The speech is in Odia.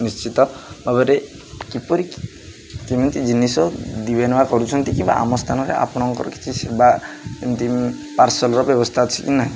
ନିଶ୍ଚିତ ଭାବରେ କିପରି କେମିତି ଜିନିଷ ଦିଆନିଆ କରୁଛନ୍ତି କିବା ଆମ ସ୍ଥାନରେ ଆପଣଙ୍କର କିଛି ସେବା ଏମିତି ପାର୍ସଲର ବ୍ୟବସ୍ଥା ଅଛି କି ନାହିଁ